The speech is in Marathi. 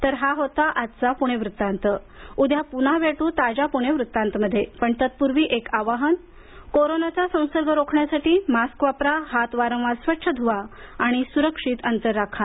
तर हा होता आजचा पुणे वृत्तांत उद्या पुन्हा भेटू ताज्या पुणे वृत्तांत मध्ये पण तत्पूर्वी एक आवाहन कोरोनाचा संसर्ग रोखण्यासाठी मास्क वापरा हात वारंवार स्वच्छ ध्वा आणि सुरक्षित अंतर राखा